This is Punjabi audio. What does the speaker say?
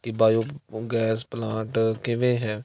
ਕਿ ਬਾਇਓਗੈਸ ਪਲਾਂਟ ਕਿਵੇਂ ਹੈ